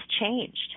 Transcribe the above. changed